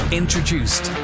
introduced